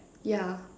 yeah